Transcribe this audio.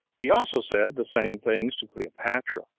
he also said the same things to cleopatra,